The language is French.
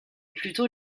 plutôt